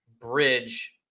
bridge